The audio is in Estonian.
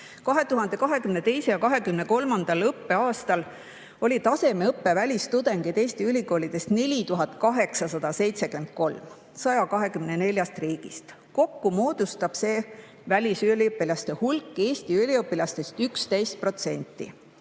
2022. ja 2023. õppeaastal oli tasemeõppe välistudengeid Eesti ülikoolides 4873 tervelt 124 riigist. Kokku moodustab välisüliõpilaste hulk Eesti üliõpilastest 11%.